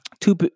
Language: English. Two